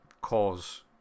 cause